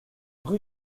rue